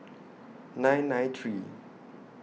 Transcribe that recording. nine nine three